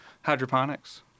hydroponics